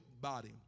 body